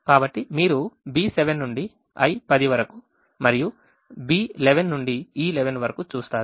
కాబట్టి మీరు B7 నుండి I10 మరియు B11 నుండి E11 వరకు చూస్తారు